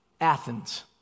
Athens